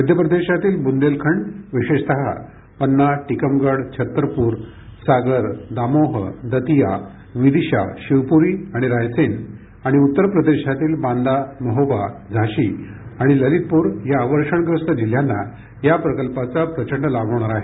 मध्य प्रदेशातील बुंदेलखंड विशेषतः पन्ना टिकमगढ छत्तरपुर सागर दामोह दतिया विदीशा शिवपुरी आणि रायसेन आणि उत्तर प्रदेशातील बांदा महोबा झाशी आणि ललितपुर या अवर्षणग्रस्त जिल्ह्यांना या प्रकल्पाचा प्रचंड लाभ होणार आहे